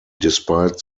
despite